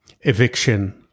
eviction